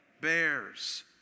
bears